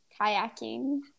kayaking